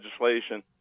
legislation